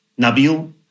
Nabil